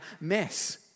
mess